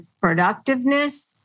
productiveness